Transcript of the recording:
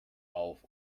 auf